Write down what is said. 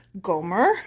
Gomer